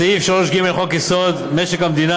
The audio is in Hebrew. סעיף 3ג לחוק-יסוד: משק המדינה,